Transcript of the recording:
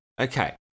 Okay